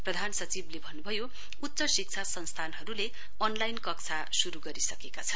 प्रधान सचिवले भन्नुभयो उच्च शिक्षा संस्थानहरूले अनलाईन कक्षा शुरू गरिसकेका छन्